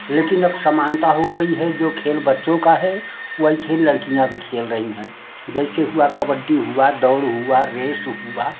लेकिन अब समानता हो गई है जो खेल बच्चों का है वही खेल लड़कियाँ भी खेल रही हैं जैसे हुआ कबड्डी हुआ दौड़ हुआ रेस हुआ